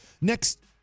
next